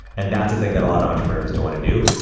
and that's the thing that a lot of entrepreneurs don't want to do,